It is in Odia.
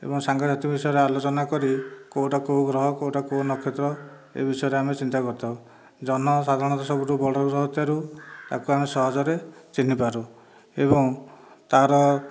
ଏବଂ ସାଙ୍ଗ ସାଥି ବିଷୟରେ ଆଲୋଚନା କରି କେଉଁଟା କେଉଁ ଗ୍ରହ କେଉଁଟା କେଉଁ ନକ୍ଷତ୍ର ଏବିଷୟରେ ଆମେ ଚିନ୍ତା କରିଥାଉ ଜହ୍ନ ସାଧାରଣତଃ ସବୁଠୁ ବଡ଼ ଗ୍ରହ ହେଇଥିବାରୁ ତାକୁ ଆମେ ସହଜରେ ଚିହ୍ନି ପାରୁ ଏବଂ ତାହାର